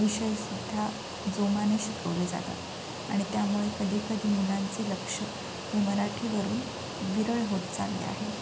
विषयसुद्धा जोमाने शिकवले जातात आणि त्यामुळे कधीकधी मुलांचे लक्ष ही मराठीवरून विरळ होत चाललं आहे